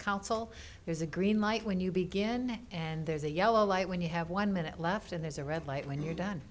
council there's a green light when you begin and there's a yellow light when you have one minute left and there's a red light when you're done